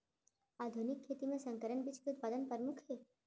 आधुनिक खेती मा संकर बीज के उत्पादन परमुख हे